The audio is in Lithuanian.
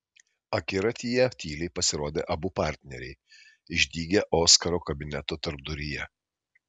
akiratyje tyliai pasirodė abu partneriai išdygę oskaro kabineto tarpduryje